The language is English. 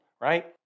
right